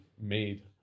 made